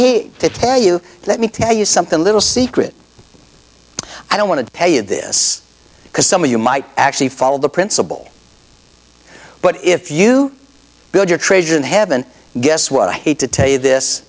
hate to tell you let me tell you something a little secret i don't want to pay you this because some of you might actually follow the principle but if you build your treasure in heaven guess what i hate to tell you this